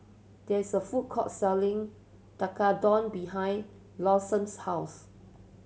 there is a food court selling Tekkadon behind Lawson's house